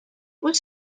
was